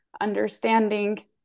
understanding